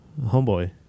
homeboy